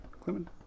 Clement